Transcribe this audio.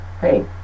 Hey